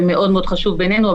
זה מאוד מאוד חשוב בעינינו,